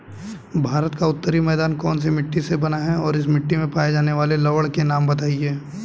भारत का उत्तरी मैदान कौनसी मिट्टी से बना है और इस मिट्टी में पाए जाने वाले लवण के नाम बताइए?